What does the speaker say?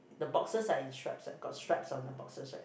the boxes are in stripes right got stripes on the boxes right